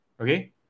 okay